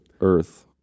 earth